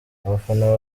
abafana